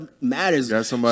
matters